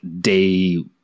day